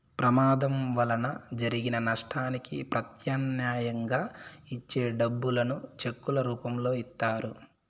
ప్రమాదం వలన జరిగిన నష్టానికి ప్రత్యామ్నాయంగా ఇచ్చే డబ్బులను చెక్కుల రూపంలో ఇత్తారు